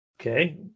Okay